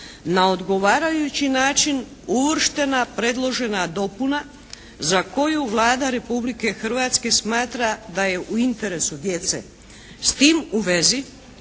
na odgovarajući način uvrštena predložena dopuna za koju Vlada Republike Hrvatske smatra da je u interesu djece. S tim u vezi